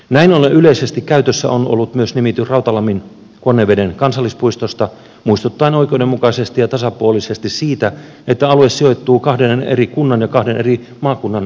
näin ollen yleisesti käytössä on ollut myös nimitys rautalamminkonneveden kansallispuisto muistuttaen oikeudenmukaisesti ja tasapuolisesti siitä että alue sijoittuu kahden eri kunnan ja kahden eri maakunnan raja alueille